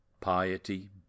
piety